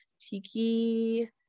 Tiki